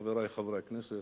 חברי חברי הכנסת,